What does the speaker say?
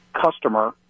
customer